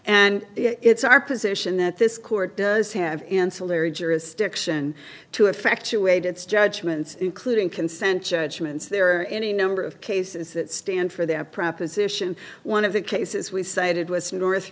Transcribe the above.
and it's our position that this court does have ancillary jurisdiction to effectuate its judgments including consent judgments there are any number of cases that stand for that proposition one of the cases we cited was north